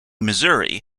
missouri